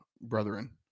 brethren